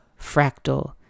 fractal